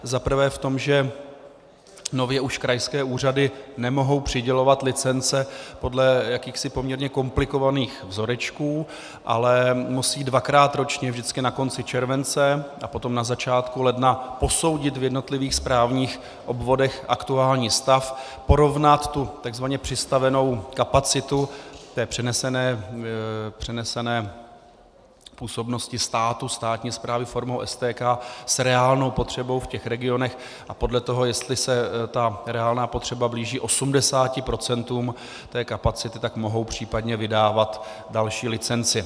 Zaprvé v tom, že nově už krajské úřady nemohou přidělovat licence podle jakýchsi poměrně komplikovaných vzorečků, ale musí dvakrát ročně, vždycky na konci července a potom na začátku ledna, posoudit v jednotlivých správních obvodech aktuální stav, porovnat tu tzv. přistavenou kapacitu přenesené působnosti státu, státní správy formou STK, s reálnou potřebou v regionech a podle toho, jestli se ta reálná potřeba blíží 80 procentům té kapacity, tak mohou případně vydávat další licenci.